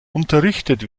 unterrichtet